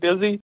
busy